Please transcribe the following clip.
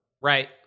right